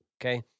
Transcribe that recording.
okay